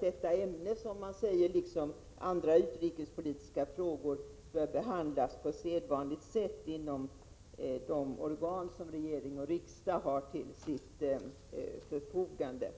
detta ämne liksom andra utrikespolitiska frågor bör behandlas på sedvanligt sätt inom de organ som regering och riksdag har till sitt förfogande.